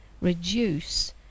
reduce